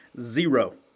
Zero